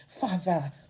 Father